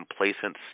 complacent